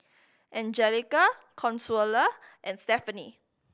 Angelica Consuela and Stephanie